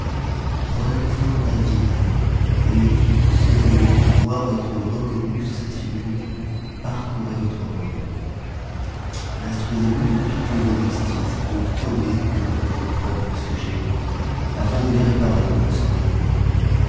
prenez la forme d'un vieillard et sûr de ne pouvoir être reconnu sous cette figure parcourez votre royaume instruisez vous de toutes les injustices qu'on commet contre vos pauvres sujets afin de les réparer quand vous serez roi